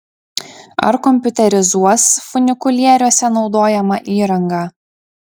ar kompiuterizuos funikulieriuose naudojamą įrangą